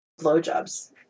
blowjobs